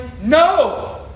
No